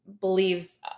believes